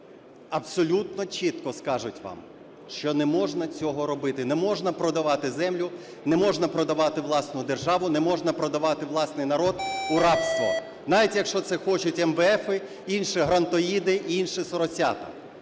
абсолютно чітко скажуть вам, що не можна цього робити, не можна продавати землю, не можна продавати власну державу, не можна продавати власний народ у рабство, навіть якщо це хочуть емвеефи, інші грантоїди і інші соросята.